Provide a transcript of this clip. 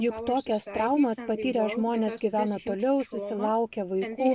juk tokias traumas patyrę žmonės gyvena toliau susilaukia vaikų